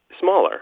smaller